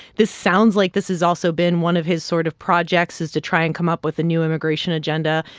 this sounds like this has also been one of his sort of projects is to try and come up with a new immigration agenda.